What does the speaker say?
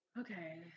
Okay